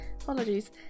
apologies